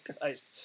Christ